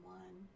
one